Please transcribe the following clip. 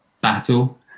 battle